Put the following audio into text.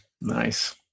Nice